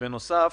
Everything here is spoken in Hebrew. בנוסף,